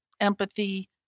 empathy